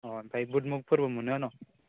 अ ओमफ्राय बुत मुगफोरबो मोनो न'